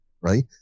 right